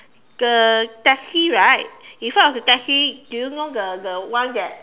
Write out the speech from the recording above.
the taxi right in front of the taxi do you know the the one that